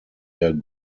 der